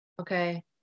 okay